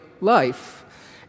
life